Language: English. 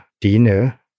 dinner